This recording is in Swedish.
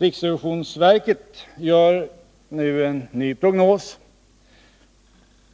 Riksrevisionsverket gör nu en ny prognos,